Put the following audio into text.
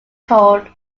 called